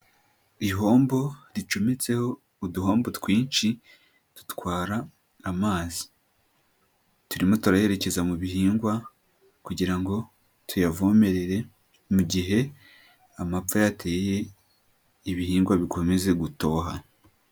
Ihombo ricometseho uduhombo twinshi dutwara amazi. Turimo turayerekeza mu bihingwa kugira ngo tuyavomerere mu gihe amapfa yateye ibihingwa bikomeze gutoha.